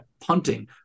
punting